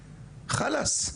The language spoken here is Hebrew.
חאלס,